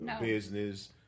Business